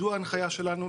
זו ההנחיה שלנו,